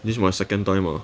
this is my second time time ah